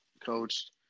coached